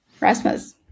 Rasmus